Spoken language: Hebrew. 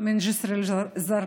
ג'יסר א-זרקא,